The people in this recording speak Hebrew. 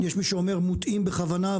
יש מי שאומר מוטעים בכוונה,